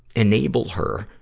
enable her,